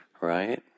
right